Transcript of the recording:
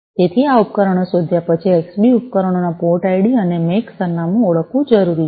તેથી આ ઉપકરણો શોધ્યા પછી એક્સબી ઉપકરણોના પોર્ટ આઈડી અને મેક સરનામું ઓળખવું જરૂરી છે